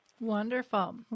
Wonderful